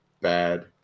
bad